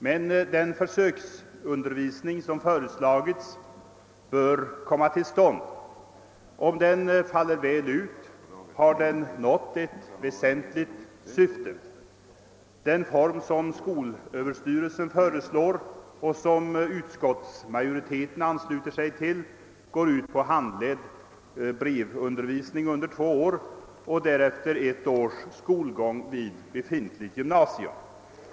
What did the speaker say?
Men den försöksundervisning, som föreslagits, bör komma till stånd. Om den faller väl ut har man därmed nått ett väsentligt syfte. Den form som skolöverstyrelsen föreslår, vilket förslag utskottsmajoriteten ansluter sig till, är handledd brevundervisning under två år och därefter ett års skolgång vid befintligt gymnasium.